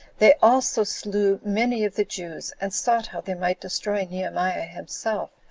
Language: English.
they also slew many of the jews, and sought how they might destroy nehemiah himself,